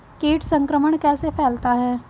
कीट संक्रमण कैसे फैलता है?